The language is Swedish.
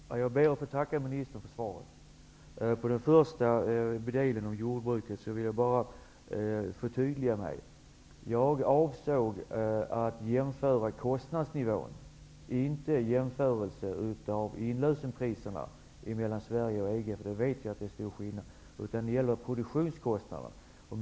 Herr talman! Jag ber att få tacka ministern för svaret. När det först gäller frågan om jordbruket vill jag förtydliga mig. Jag avsåg att jämföra kostnadsnivån, inte att jämföra inlösenpriserna mellan Sverige och EG. Där vet jag att det är en stor skillnad. Det gäller i stället produktionskostnaderna.